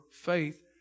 faith